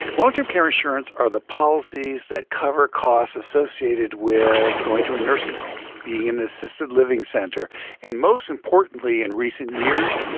long-term care insurance are the policies that cover costs associated with going to a nursing home, being in an assisted living center and, most importantly in recent years,